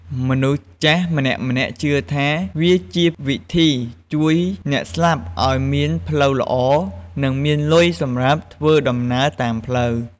មនុស្សចាស់ម្នាក់ៗជឿថា វាជាវិធីជួយអ្នកស្លាប់ឲ្យមានផ្លូវល្អនិងមានលុយសម្រាប់ធ្វើដំណើរតាមផ្លូវ។